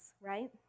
right